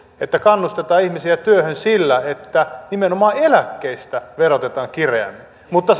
että kannustetaan ihmisiä työhön sillä että nimenomaan eläkkeistä verotetaan kireämmin mutta